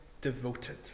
devoted